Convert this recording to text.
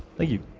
thank you.